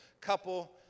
couple